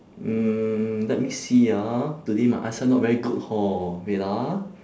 mm let me see ah today my eyesight not very good hor wait ah